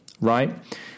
right